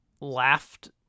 laughed